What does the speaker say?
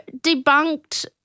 debunked